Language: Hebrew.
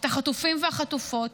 את החטופים ואת החטופות.